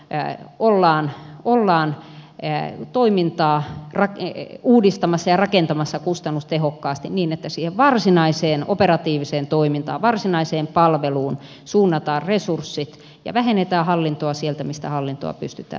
erään kuullaan kuullaan alueella olemme toimintaa uudistamassa ja rakentamassa kustannustehokkaasti niin että siihen varsinaiseen operatiiviseen toimintaan varsinaiseen palveluun suunnataan resurssit ja vähennetään hallintoa sieltä mistä hallintoa pystytään vähentämään